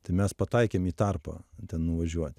tai mes pataikėm į tarpą ten nuvažiuoti